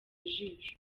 ijisho